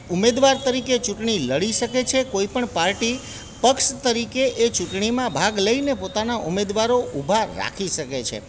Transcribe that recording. ઉમેદવાર તરીકે ચૂંટણી લળી શકે છે કોઈ પણ પાર્ટી પક્ષ તરીકે એ ચૂંટણીમાં ભાગ લઈને પોતાના ઉમેદવારો ઊભા રાખી શકે છે